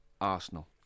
Arsenal